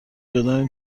بدانیم